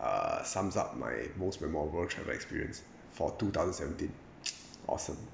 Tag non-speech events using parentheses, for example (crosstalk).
uh sums up my most memorable travel experience for two thousand seventeen (noise) awesome